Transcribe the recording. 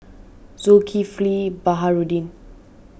Zulkifli Baharudin